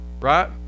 right